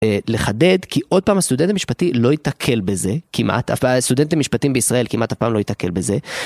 לחדד כי עוד פעם הסטודנט המשפטי לא ייתקל בזה, הסטודנט למשפטים בישראל כמעט אף פעם לא ייתקל בזה.